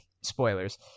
spoilers